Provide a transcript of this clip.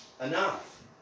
Enough